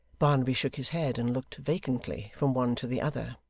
barnaby shook his head and looked vacantly from one to the other.